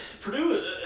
Purdue